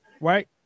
Right